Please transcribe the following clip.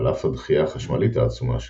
על אף הדחייה החשמלית העצומה שלהם.